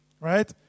right